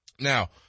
Now